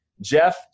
Jeff